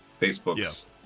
Facebook's